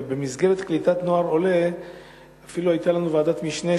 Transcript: ובמסגרת קליטת נוער עולה אפילו היתה לנו ועדת משנה,